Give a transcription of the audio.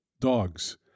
dogs